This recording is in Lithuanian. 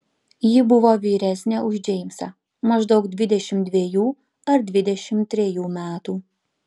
ji buvo vyresnė už džeimsą maždaug dvidešimt dvejų ar dvidešimt trejų metų